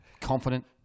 confident